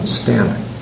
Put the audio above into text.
standing